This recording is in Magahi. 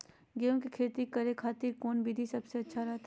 गेहूं के खेती करे खातिर कौन विधि सबसे अच्छा रहतय?